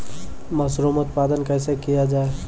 Mushroom उत्पादन कैसे किया जाय?